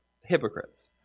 hypocrites